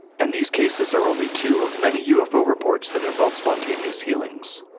and these cases are only two of many ufo reports that involve spontaneous healings.